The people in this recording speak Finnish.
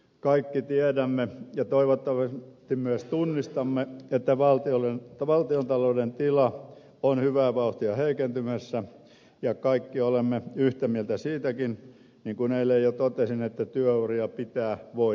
kaikki tiedämme ja toivottavasti myös tunnistamme että valtiontalouden tila on hyvää vauhtia heikentymässä ja kaikki olemme yhtä mieltä siitäkin niin kuin eilen jo totesin että työuria pitää voida pidentää